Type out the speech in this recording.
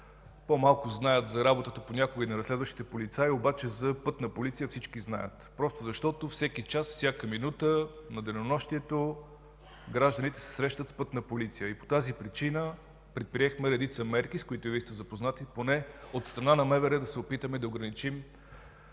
по-малко знаят за работата понякога и на разследващите полицаи, но за Пътна полиция всички знаят, защото всеки час, всяка минута на денонощието гражданите се срещат с Пътна полиция. По тази причина предприехме редица мерки, с които Вие сте запознати. Поне от страна на МВР да се опитаме да ограничим